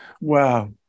Wow